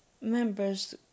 members